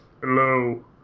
Hello